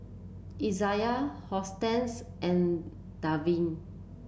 Izayah Hortense and Davian